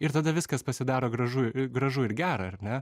ir tada viskas pasidaro gražu gražu ir gera ar ne